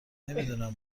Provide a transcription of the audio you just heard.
نمیدونم